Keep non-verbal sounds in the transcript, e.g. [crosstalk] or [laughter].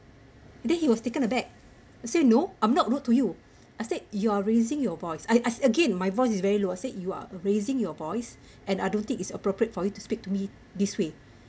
then he was taken aback I say no I'm not rude to you I said you are raising your voice I asked again my voice is very low I said you are raising your voice [breath] and I don't think it's appropriate for you to speak to me this way